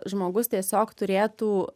žmogus tiesiog turėtų